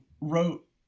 wrote